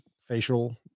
facial